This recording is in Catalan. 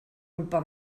culpa